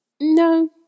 No